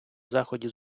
заході